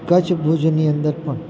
કચ્છ ભુજની અંદર પણ